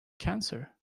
cancer